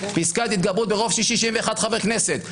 ברוב של 61 חברי כנסת.